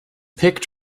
picked